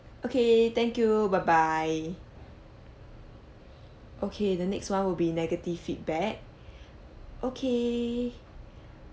okay thank you bye bye okay the next [one] will be negative feedback okay